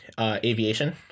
aviation